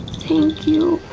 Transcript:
thank you,